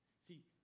See